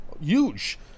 Huge